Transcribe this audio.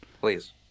Please